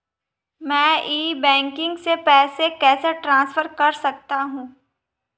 मैं e banking से पैसे कैसे ट्रांसफर कर सकता हूं?